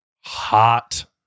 hot